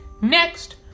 Next